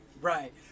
Right